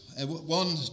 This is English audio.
one